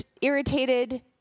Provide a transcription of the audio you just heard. irritated